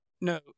no